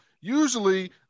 Usually